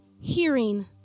hearing